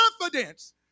confidence